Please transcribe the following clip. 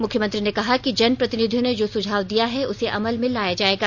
मुख्यमंत्री ने कहा कि जनप्रतिनिधियों ने जो सुझाव दिया है उसे अमल में लाया जाएगा